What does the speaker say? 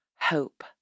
hope